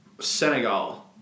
Senegal